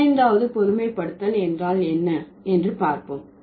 பதினைந்தாவது பொதுமைப்படுத்தல் என்றால் என்ன என்று பார்ப்போம்